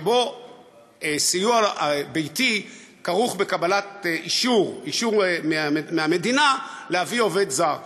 שבו סיוע ביתי כרוך בקבלת אישור מהמדינה להביא עובד זר,